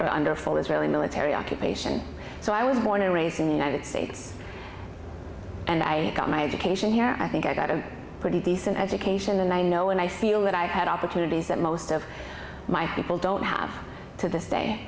where under full israeli military occupation so i was born and raised in the united states and i got my education here i think i got a pretty decent education and i know and i feel that i had opportunities that most of my people don't have to this day